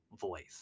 voice